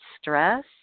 stress